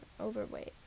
overweight